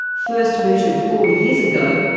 first mooted four years ago,